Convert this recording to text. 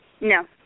No